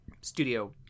studio